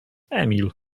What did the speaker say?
emil